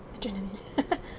adrenaline